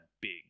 big